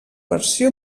versió